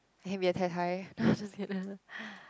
I can be a tai-tai now I also feel Anne